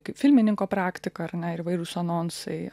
kaip filmininko praktika ar ne ir įvairūs anonsai